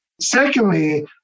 Secondly